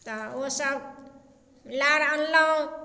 तऽ ओ सब लार आनलहुॅं